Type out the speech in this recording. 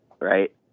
right